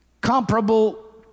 comparable